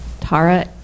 tara